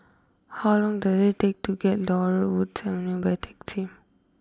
how long does it take to get to Laurel wood Avenue by taxi